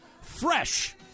fresh